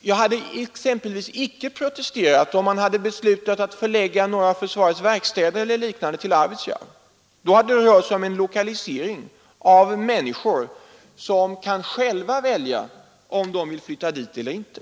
Jag hade exempelvis icke protesterat om man hade beslutat att förlägga några av försvarets verkstäder eller liknande till Arvidsjaur. Då hade det rört sig om en flyttning av människor som själva kunde välja om de ville flytta dit eller inte.